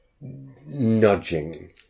nudging